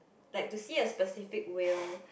like to see a specific whale